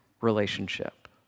relationship